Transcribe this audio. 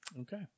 Okay